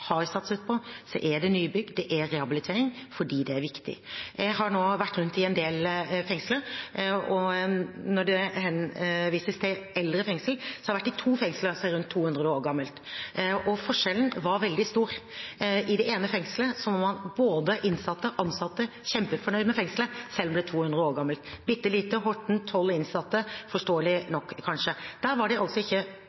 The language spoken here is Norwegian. har satset på, er det nybygg og rehabilitering, fordi det er viktig. Jeg har nå vært rundt i en del fengsler, og når det henvises til eldre fengsler, har jeg vært i to fengsler som er rundt 200 år gamle. Forskjellen var veldig stor. I det ene fengslet var både innsatte og ansatte kjempefornøyd med fengslet selv om det er 200 år gammelt, et bitte lite i Horten med tolv innsatte – forståelig